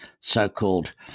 so-called